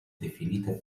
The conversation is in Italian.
definite